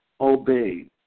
obeyed